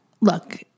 Look